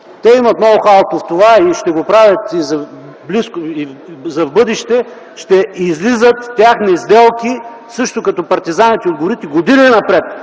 те имат ноу-хау в това и ще го правят и за в бъдеще – ще излизат техни сделки също като партизаните от горите години напред.